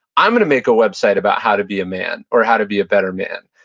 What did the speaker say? i'm going to make a website about how to be a man or how to be a better man.